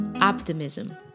optimism